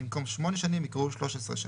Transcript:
במקום "8 שנים" יקראו "13 שנים":